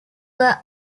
were